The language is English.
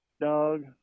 dog